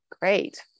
great